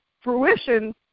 fruition